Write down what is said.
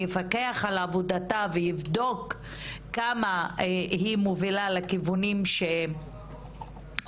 יפקח על עבודתה ויבדוק כמה היא מובילה לכיוונים שהם,